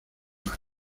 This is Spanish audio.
mar